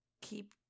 keep